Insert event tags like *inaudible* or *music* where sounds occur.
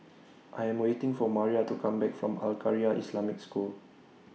*noise* I Am waiting For Maria to Come Back from Al Khairiah Islamic School